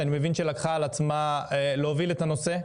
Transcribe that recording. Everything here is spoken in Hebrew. שאני מבין שלקחה על עצמה להוביל את הנושא,